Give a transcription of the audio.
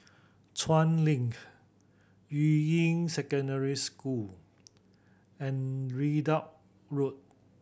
Chuan Link Yuying Secondary School and Ridout Road